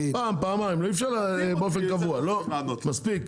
פעם, פעמיים, אי אפשר באופן קבוע, לא, מספיק.